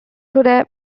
today